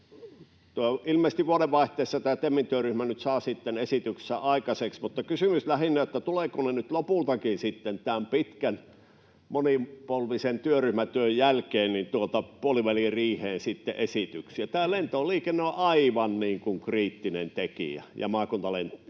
Ilmeisesti vuodenvaihteessa tämä TEMin työryhmä nyt sitten saa esityksensä aikaiseksi, mutta kysymys on lähinnä se, tuleeko nyt lopultakin tämän pitkän, monipolvisen työryhmätyön jälkeen puoliväliriiheen esityksiä? Tämä lentoliikenne ja maakuntakentät